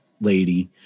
lady